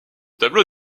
tableau